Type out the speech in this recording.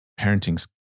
parenting